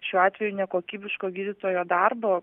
šiuo atveju nekokybiško gydytojo darbo